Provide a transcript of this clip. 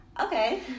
Okay